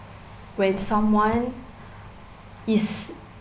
when someone is